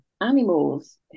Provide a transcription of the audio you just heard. animals